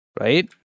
right